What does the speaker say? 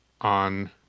on